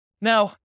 Now